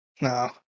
No